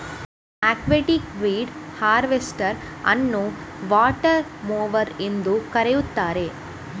aquatic weed harvester ಅನ್ನುವಾಟರ್ mower ಎಂದೂ ಕರೆಯುತ್ತಾರೆ